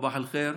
סבאח אל-ח'יר.